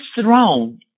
throne